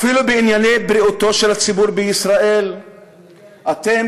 אפילו בענייני בריאות הציבור בישראל אתם